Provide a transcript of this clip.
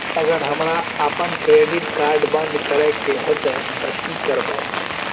अगर हमरा आपन क्रेडिट कार्ड बंद करै के हेतै त की करबै?